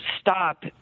stop